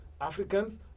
Africans